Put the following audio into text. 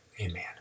Amen